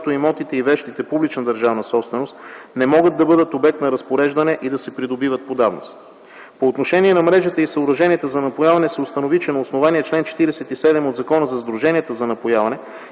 която имотите и вещите - публична държавна собственост, не могат да бъдат обект на разпореждане и да се придобиват по давност. По отношение на мрежата и съоръженията за напояване се установи, че на основание чл. 47 от Закона за сдруженията за напояване